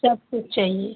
सब कुछ चाहिए